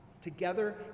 together